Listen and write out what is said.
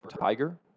Tiger